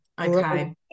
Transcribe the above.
okay